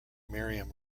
miriam